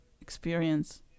experience